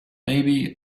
maybe